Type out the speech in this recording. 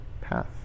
Path